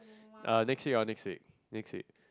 uh next week lor next week next week